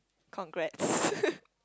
congrats